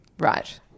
Right